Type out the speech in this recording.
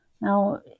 Now